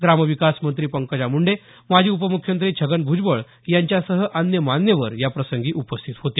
ग्राम विकास मंत्री पंकजा मुंडे माजी उपमुख्यमंत्री छगन भूजबळ यांच्यासह अन्य मान्यवर याप्रसंगी उपस्थित होते